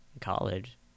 college